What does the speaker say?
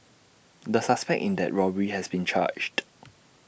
the suspect in that robbery has been charged